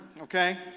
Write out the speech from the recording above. okay